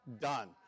done